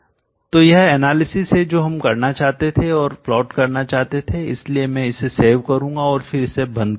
तो यह एनालिसिसविश्लेषण है जो हम करना चाहते थे और प्लॉट करना चाहते थे इसलिए मैं इसे सेव करूंगा और फिर इसे बंद कर दूंगा